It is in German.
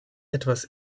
etwas